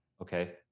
Okay